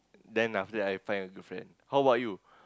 then after that I will find a girlfriend how about you